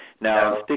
Now